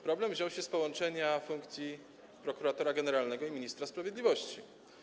Problem wziął się z połączenia funkcji prokuratora generalnego i ministra sprawiedliwości.